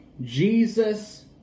jesus